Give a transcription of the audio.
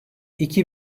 iki